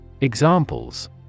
Examples